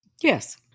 Yes